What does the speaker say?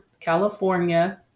California